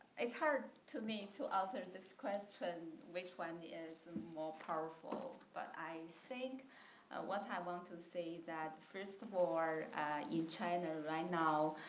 it's hard to me to answer this question, which one is and more powerful. but i think what i want to say that first of all are in china right now,